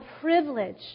privilege